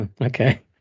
Okay